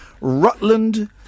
Rutland